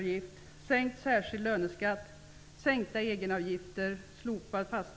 Knappast några.